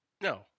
No